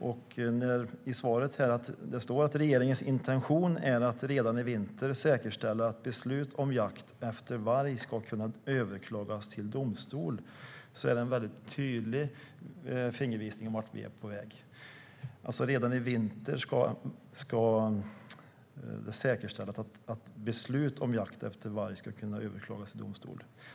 Det heter i svaret att regeringens intention är att redan i vinter säkerställa att beslut om jakt efter varg ska kunna överklagas till domstol. Det är en tydlig fingervisning om vart vi är på väg. Redan i vinter ska det alltså säkerställas att beslut om jakt efter varg ska kunna överklagas i domstol.